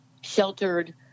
sheltered